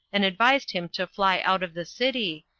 and advised him to fly out of the city,